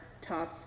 tough